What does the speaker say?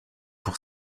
pour